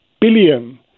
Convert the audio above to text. billion